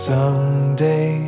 Someday